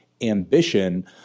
ambition